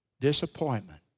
disappointment